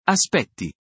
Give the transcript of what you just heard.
Aspetti